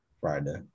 friday